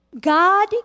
God